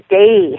day